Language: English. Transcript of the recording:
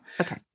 Okay